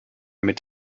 mit